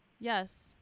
Yes